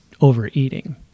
overeating